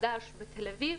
חדש בתל-אביב,